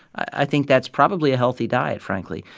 i think that's probably a healthy diet, frankly.